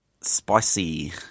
spicy